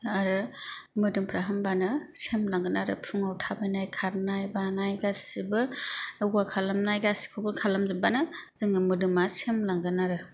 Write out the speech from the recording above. आरो मोदोमफ्रा होमबानो सेमलांगोन आरो फुङाव थाबायनाय खारनाय बारनाय गासिबो योगा खालामनाय गासिखौबो खालामजोबबानो जोंनि मोदोमा सेमलांगोन आरो